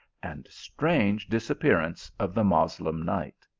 and strange disappearance of the moslem knight.